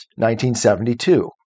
1972